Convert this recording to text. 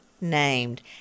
named